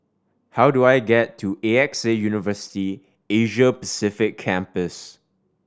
how do I get to A X A University Asia Pacific Campus